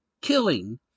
killing